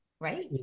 Right